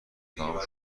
تموم